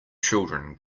children